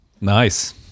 Nice